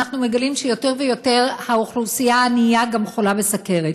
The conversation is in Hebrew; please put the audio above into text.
אנחנו מגלים שיותר ויותר האוכלוסייה הענייה חולה גם בסוכרת.